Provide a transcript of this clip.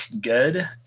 good